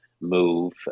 move